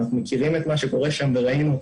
אז אנחנו מכירים את מה שקורה שם וראינו,